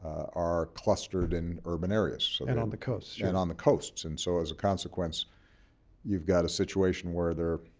are clustered in urban areas. and on the coasts, sure. yeah and on the coasts, and so as a consequence you've got a situation where there're